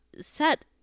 set